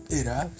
era